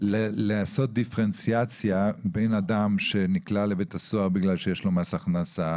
לעשות דיפרנציאציה בין אדם שנקלע לבית הסוהר בגלל שיש לו מס הכנסה,